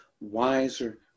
wiser